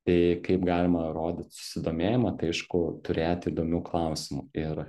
tai kaip galima rodyt susidomėjimą tai aišku turėti įdomių klausimų ir